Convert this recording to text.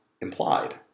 implied